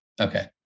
Okay